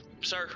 sir